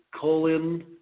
colon